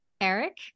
Eric